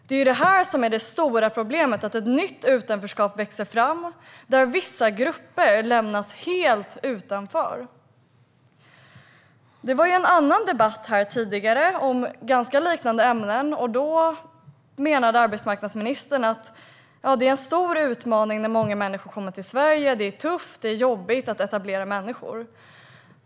Det är detta som är det stora problemet: att ett nytt utanförskap växer fram, där vissa grupper lämnas helt utanför. Tidigare hölls en annan debatt här, om liknande ämnen. Då menade arbetsmarknadsministern att det är en stor utmaning när många människor kommer till Sverige. Det är tufft och jobbigt att etablera människor.